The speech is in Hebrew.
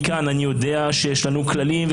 מכאן אני יודע שיש לנו כללים,